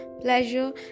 Pleasure